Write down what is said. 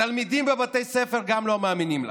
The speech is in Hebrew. גם התלמידים בבתי הספר לא מאמינים לכם.